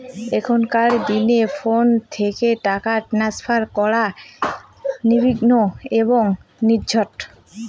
এখনকার দিনে ফোন থেকে টাকা ট্রান্সফার করা নির্বিঘ্ন এবং নির্ঝঞ্ঝাট